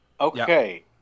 Okay